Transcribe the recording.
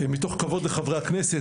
מתוך כבוד לחברי הכנסת,